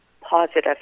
positive